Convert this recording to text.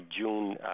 June